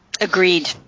Agreed